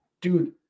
dude